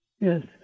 Yes